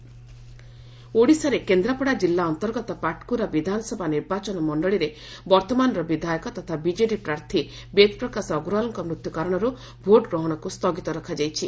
Odisha election ଓଡ଼ିଶାରେ କେନ୍ଦ୍ରାପଡ଼ା ଜିଲ୍ଲା ଅନ୍ତର୍ଗତ ପାଟକୁରା ବିଧାନସଭା ନିର୍ବାଚନ ମଣ୍ଡଳୀରେ ବିଧାୟକ ତଥା ବିଜେଡ଼ି ପ୍ରାର୍ଥୀ ବେଦପ୍ରକାଶ ଅଗ୍ରୱାଲଙ୍କ ମୃତ୍ୟୁ କାରଣରୁ ଭୋଟ୍ ଗ୍ରହଣକୁ ସ୍ଥଗିତ ରଖାଯାଇଛି